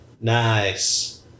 Nice